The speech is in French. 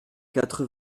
quatre